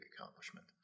accomplishment